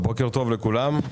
בוקר טוב לכולם,